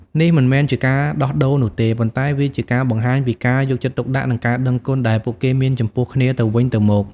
នេះមិនមែនជាការដោះដូរនោះទេ ប៉ុន្តែវាជាការបង្ហាញពីការយកចិត្តទុកដាក់និងការដឹងគុណដែលពួកគេមានចំពោះគ្នាទៅវិញទៅមក។